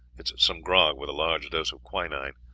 it is some grog, with a large dose of quinine.